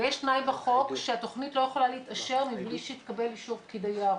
ויש תנאי בחוק שהתכנית לא יכולה להתאשר מבלי שיתקבל אישור פקיד היערות.